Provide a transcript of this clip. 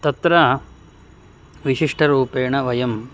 तत्र विशिष्टरूपेण वयं